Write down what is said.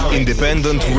independent